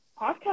podcast